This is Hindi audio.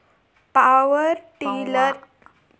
पावर टिलर की कीमत सब्सिडी के आधार पर कितनी है?